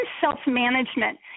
self-management